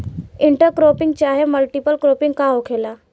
Inter cropping चाहे multiple cropping का होखेला?